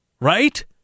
Right